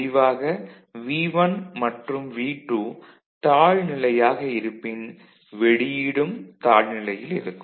முடிவாக V1 மற்றும் V2 தாழ் நிலையாக இருப்பின் வெளியீடும் தாழ் நிலையில் இருக்கும்